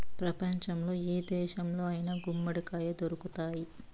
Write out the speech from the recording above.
ప్రపంచంలో ఏ దేశంలో అయినా గుమ్మడికాయ దొరుకుతాయి